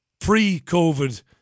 pre-COVID